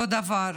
אותו דבר.